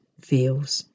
feels